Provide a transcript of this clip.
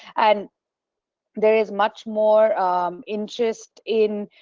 and there is much more interest in